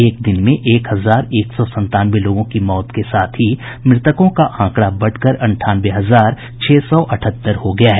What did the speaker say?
एक दिन में एक हजार एक सौ संतानवे लोगों की मौत के साथ ही मृतकों का आंकड़ा बढकर अंठानवे हजार छह सौ अठहत्तर हो गया है